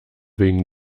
wegen